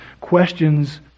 questions